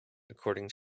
according